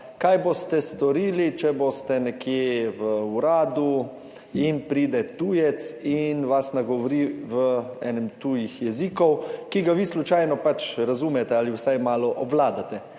»Kaj boste storili, če boste nekje v uradu in pride tujec in vas nagovori v enem od tujih jezikov, ki ga vi slučajno pač razumete ali vsaj malo obvladate?«